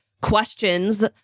questions